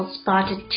spotted